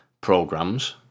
programs